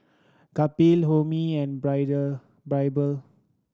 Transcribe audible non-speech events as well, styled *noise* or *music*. Kapil Homi and *unintelligible* Birbal